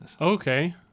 Okay